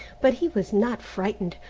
but he was not frightened,